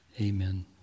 Amen